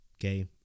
okay